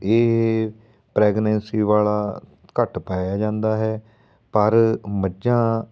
ਇਹ ਪ੍ਰੈਗਨੈਂਸੀ ਵਾਲਾ ਘੱਟ ਪਾਇਆ ਜਾਂਦਾ ਹੈ ਪਰ ਮੱਝਾਂ